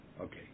Okay